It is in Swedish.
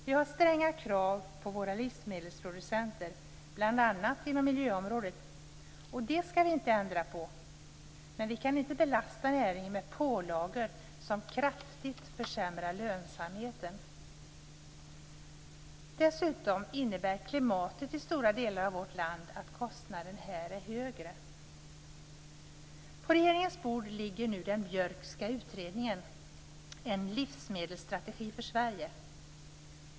Vi har stränga krav på våra livsmedelsproducenter, bl.a. på miljöområdet. Det skall vi inte ändra på. Men vi kan inte belasta näringen med pålagor som kraftigt försämrar lönsamheten. Dessutom innebär klimatet i stora delar av vårt land att kostnaderna här är högre. På regeringens bord ligger nu den Björkska utredningen En livsmedelsstrategi för Sverige.